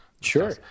Sure